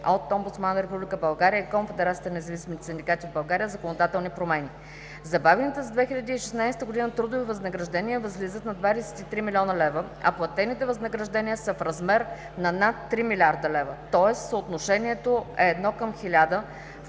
България и Конфедерацията на независимите синдикати в България законодателни промени. Забавените за 2016 г. трудови възнаграждения възлизат на 23 милиона лева, а платените възнаграждения са в размер на над 3 милиарда лева, тоест съотношението е 1:1000 в полза